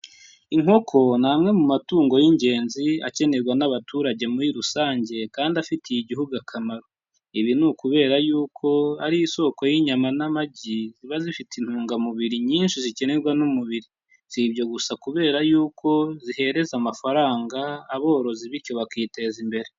Inkoko, ni amwe mu matungo y'ingenzi akenerwa n'abaturage muri rusange, kandi afitiye Igihugu akamaro. Ibi ni ukubera yuko ari isoko y'inyama n'amagi, ziba zifite intungamubiri nyinshi zikenerwa n'umubiri. Si ibyo gusa kubera yuko, zihereza amafaranga, aborozi bityo bakiteza imbere.